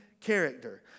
character